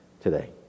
today